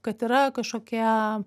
kad yra kažkokia